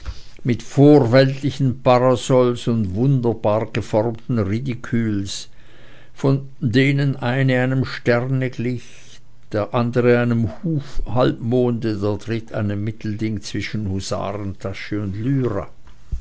mit vorweltlichen parasols und wunderbar geformten ridiküls der eine einem sterne gleich der andere einem halbmonde der dritte ein mittelding zwischen husarentasche und lyra